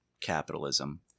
capitalism